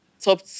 top